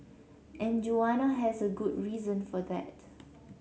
and Joanna has a good reason for that